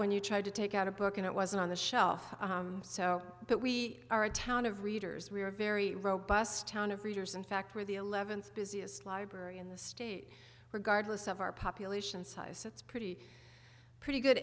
when you tried to take out a book it wasn't on the shelf so but we are a town of readers we're a very robust town of readers in fact we're the eleventh busiest library in the state regardless of our population size that's pretty pretty good